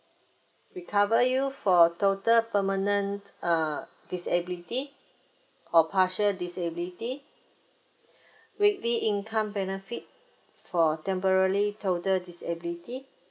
we cover you for a total permanent uh disability or partial disability weekly income benefit for temporarily total disability